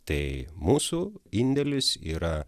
tai mūsų indėlis yra